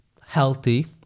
healthy